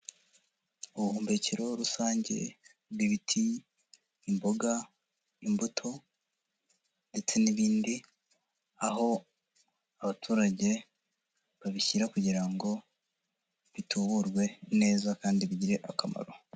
Ubuhumbekero rusange bw'ibiti, imboga, imbuto ndetse n'ibindi, aho abaturage babishyira kugira ngo bituburwe neza kandi bigire akamaro.